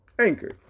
Anchor